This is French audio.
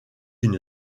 une